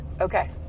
Okay